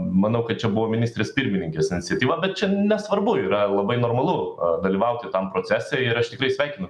manau kad čia buvo ministrės pirmininkės iniciatyva bet čia nesvarbu yra labai normalu dalyvauti procese ir aš tikrai sveikinu